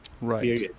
Right